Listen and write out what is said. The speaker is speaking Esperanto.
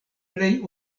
plej